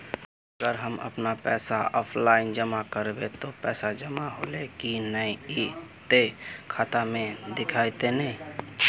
अगर हम अपन पैसा ऑफलाइन जमा करबे ते पैसा जमा होले की नय इ ते खाता में दिखते ने?